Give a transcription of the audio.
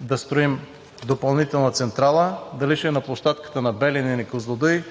да строим допълнителна централа – дали ще е на площадката на Белене или на Козлодуй,